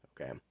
okay